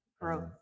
growth